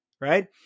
Right